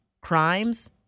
crimes